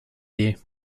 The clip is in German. weh